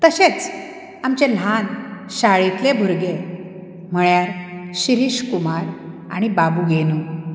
तशेंच आमचें ल्हान शाळेंतले भुरगे म्हणल्यार शिरीश कुमार आनी बाबू गेनू